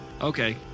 Okay